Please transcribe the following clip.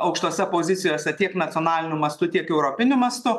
aukštose pozicijose tiek nacionaliniu mastu tiek europiniu mastu